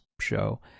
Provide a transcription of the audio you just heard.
show